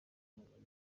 buyobozi